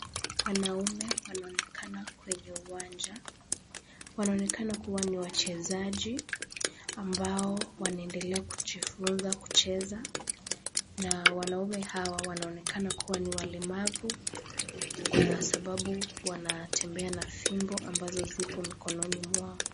Wanaume wanaonekana kwenye uwanja. Wanaonekana kuwa ni wachezaji ambao wanaendelea kujifunza kucheza na wanaume hawa wanaonekana kuwa ni walemavu kwa sababu wanatembea na fimbo ambazo zipo mikononi mwao.